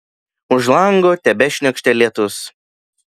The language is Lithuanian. už lango tebešniokštė lietus